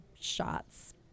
shots